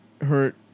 Hurt